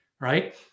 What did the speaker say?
right